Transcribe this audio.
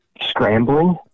Scrambling